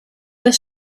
das